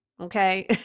okay